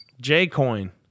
J-Coin